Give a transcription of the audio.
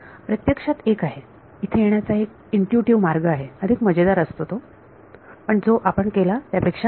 प्रत्यक्षात एक आहे येथे येण्याचा एक इनट्युटीव्ह मार्ग आहे अधिक मजेदार असतो जो आपण केला त्यापेक्षा